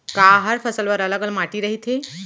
का हर फसल बर अलग अलग माटी रहिथे?